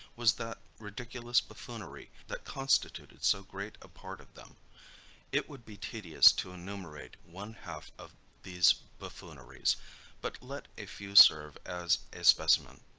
was that ridiculous buffoonery that constituted so great a part of them it would be tedious to enumerate one half of these buffooneries but let a few serve as a specimen.